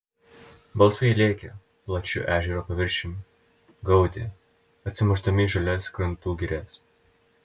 balsai lėkė plačiu ežero paviršium gaudė atsimušdami į žalias krantų girias